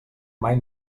mai